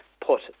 put